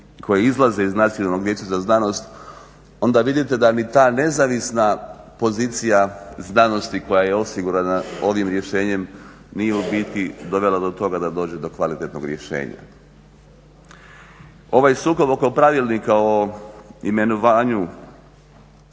koji izlaze iz Nacionalnog vijeća za znanost, onda vidite da ni ta nezavisna pozicija znanosti koja je osigurana ovim rješenjem nije u biti dovela do toga da dođe do kvalitetnog rješenja. Ovaj sukob oko Pravilnika o imenovanju